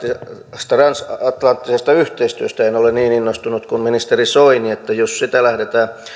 tästä transatlanttisesta yhteistyöstä en ole niin innostunut kuin ministeri soini jos sitä lähdetään